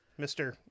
Mr